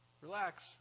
Relax